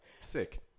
sick